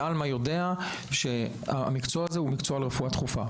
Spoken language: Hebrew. עלמא יודע שהמקצוע הזה הוא מקצוע לרפואה דחופה.